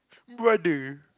why did we